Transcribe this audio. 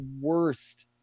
worst